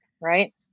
right